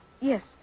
Yes